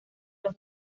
los